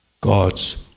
God's